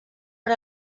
per